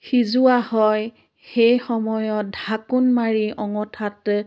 সিজোৱা হয় সেই সময়ত ঢাকোন মাৰি অঙঠাত